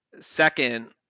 Second